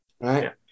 right